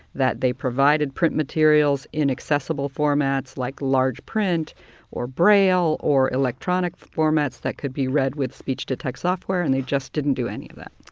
that they provided print materials in accessible formats like large print or braille or electronic formats that could be read with speech to text software, and they just didn't do any of that.